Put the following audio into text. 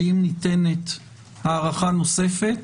שאם ניתנת הארכה נוספת,